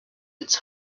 its